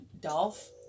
Dolph